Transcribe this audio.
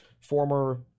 former